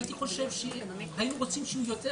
הייתי חושב שהיינו רוצים שיהיו יותר